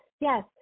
Yes